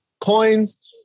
coins